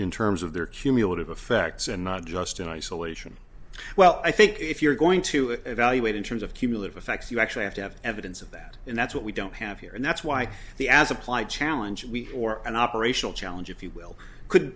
in terms of their cumulative effects and not just in isolation well i think if you're going to evaluate in terms of cumulative effects you actually have to have evidence of that and that's what we don't have here and that's why the as applied challenge week or an operational challenge if you will could